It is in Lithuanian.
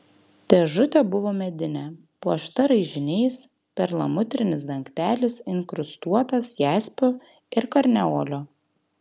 dėžutė buvo medinė puošta raižiniais perlamutrinis dangtelis inkrustuotas jaspiu ir karneoliu